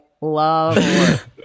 love